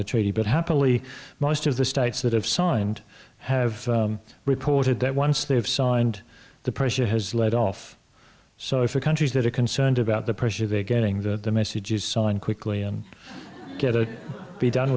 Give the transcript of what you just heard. the treaty but happily most of the states that have signed have reported that once they have signed the pressure has laid off so if the countries that are concerned about the pressure they're getting that the message is signed quickly and get it be done